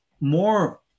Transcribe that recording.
more